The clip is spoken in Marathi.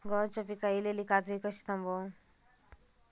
गव्हाच्या पिकार इलीली काजळी कशी थांबव?